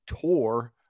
tour